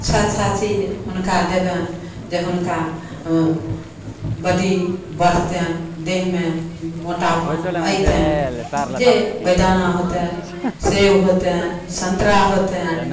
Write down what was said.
अच्छा अच्छा चीज हुनका देबनि जे हुनका बडी बढ़तनि देहमे मोटापन अयतनि जे बैदाना सेब होतनि संतरा होतनि